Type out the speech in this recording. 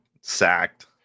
sacked